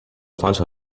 方程